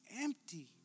empty